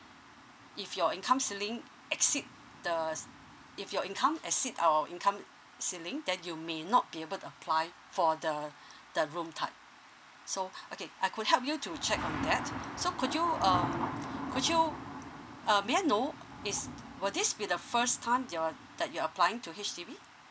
if your income ceiling exceed the s~ if your income exceed our income ceiling then you may not be able to apply for the the room type so okay I could help you to check on that so could you um could you uh may I know is will this be the first time you're that you're applying to H_D_B